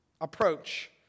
approach